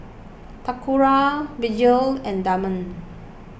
Toccara Vergil and Damon